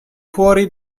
fuori